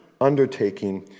undertaking